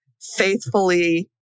faithfully